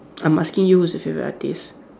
I'm asking you who's your favourite artiste